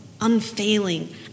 unfailing